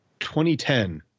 2010